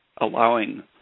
allowing